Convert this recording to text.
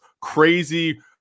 crazy